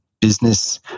business